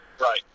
Right